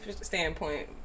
standpoint